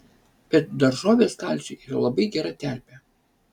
bet daržovės kalciui yra labai gera terpė